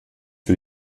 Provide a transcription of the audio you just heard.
für